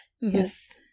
Yes